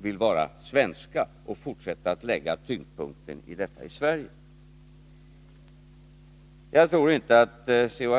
vill vara svenska och fortsätta att lägga tyngdpunkten av sin verksamhet i Sverige. Jag tror inte att C.-H.